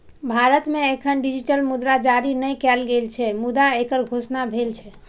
भारत मे एखन डिजिटल मुद्रा जारी नै कैल गेल छै, मुदा एकर घोषणा भेल छै